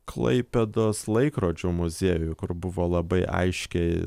klaipėdos laikrodžių muziejuj kur buvo labai aiškiai